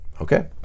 okay